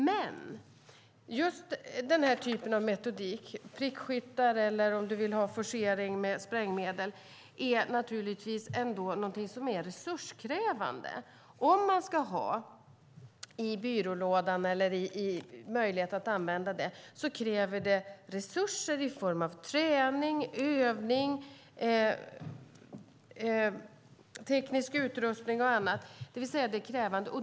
Men den här typen av metodik, prickskyttar eller forcering med sprängmedel, är ändå någonting som är resurskrävande. Om man ska ha det i byrålådan eller möjlighet att använda det kräver det resurser i form av träning, övning, teknisk utrustning och annat. Det är krävande.